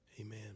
Amen